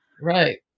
Right